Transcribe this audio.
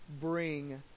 bring